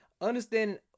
understand